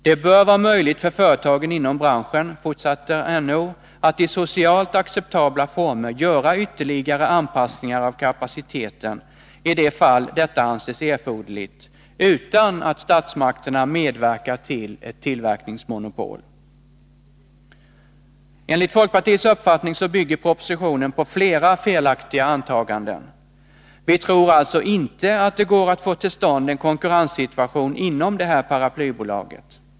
Det bör vara möjligt för företagen inom branschen”, fortsätter NO, ”att i socialt acceptabla former göra ytterligare anpassningar av kapaciteten i de fall detta anses erforderligt utan att statsmakterna medverkar till ett tillverkningsmonopol.” Enligt folkpartiets uppfattning bygger propositionen på flera felaktiga antaganden. Vi tror alltså inte att det går att få till stånd en konkurrenssituation inom det här paraplybolaget.